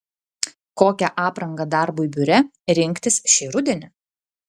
kokią aprangą darbui biure rinktis šį rudenį